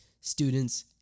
students